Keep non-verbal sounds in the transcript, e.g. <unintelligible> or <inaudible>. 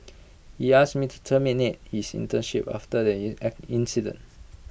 he ask me to terminate his internship after the <unintelligible> incident